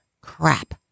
crap